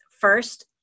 First